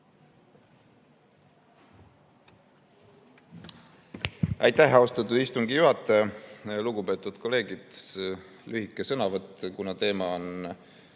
Aitäh, austatud istungi juhataja! Lugupeetud kolleegid! Lühike sõnavõtt, kuna teema on